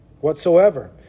whatsoever